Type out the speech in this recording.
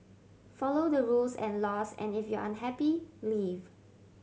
follow the rules and laws and if you're unhappy leave